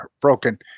broken